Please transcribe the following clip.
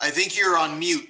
i think you're on mute